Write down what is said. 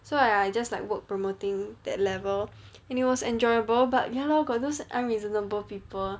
so I I just like work promoting that level and it was enjoyable but ya lor got those unreasonable people